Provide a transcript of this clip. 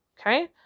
Okay